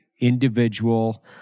individual